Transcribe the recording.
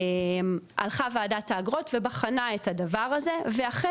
הלכה וועדת האגרות ובחנה את הדבר הזה ואכן,